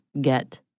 get